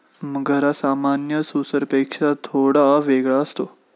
मगर हा सामान्य सुसरपेक्षा थोडा वेगळा असतो